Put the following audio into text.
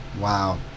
wow